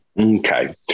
Okay